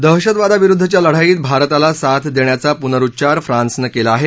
दहशतवादा विरुद्धच्या लढाईत भारताला साथ देण्याचा पुनरुच्चार फ्रान्सने केला आहे